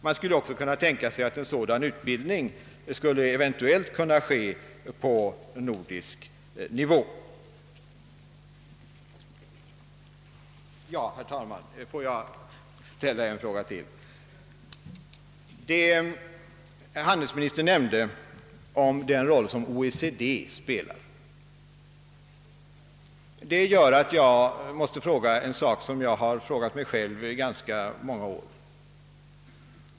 Man skulle också kunna tänka sig att en sådan utbildning eventuellt skulle kunna ske på nordisk nivå. Herr talman! Får jag ställa ytterligare en fråga. Handelsministern nämnde den roll som OECD spelar. Det gör att jag måste ställa en fråga som jag har gjort mig själv sedan ganska många år.